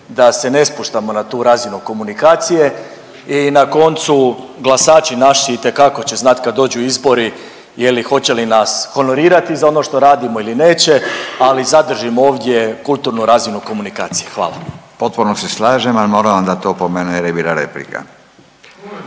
da se ne spuštamo na tu razinu komunikacije i na koncu glasači naši itekako će znat kad dođu izbori je li hoće li nas honorirati nas za ono što radimo ili neće, ali zadržimo ovdje kulturnu razinu komunikacije. Hvala. **Radin, Furio (Nezavisni)** Potpuno se slažem, al moram vam dati opomenu jer je bila replika. .